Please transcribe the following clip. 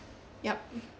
yup